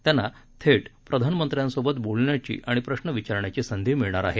त्यांना थे प्रधानमंत्र्यांसोबत बोलण्याची आणि प्रश्न विचारायची संधी मिळणार आहे